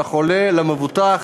לחולה, למבוטח,